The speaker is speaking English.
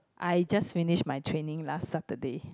I just finish my training last Saturday